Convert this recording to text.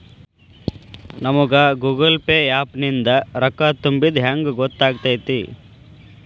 ನಮಗ Google Pay app ನಿಂದ ರೊಕ್ಕಾ ತುಂಬಿದ್ದ ಹೆಂಗ್ ಗೊತ್ತ್ ಆಗತೈತಿ?